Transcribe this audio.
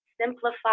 simplify